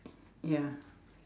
ya